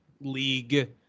league